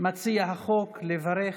מציע החוק, לברך.